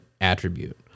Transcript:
attribute